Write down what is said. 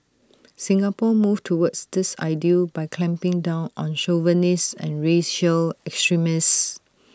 Singapore moved towards this ideal by clamping down on chauvinists and racial extremists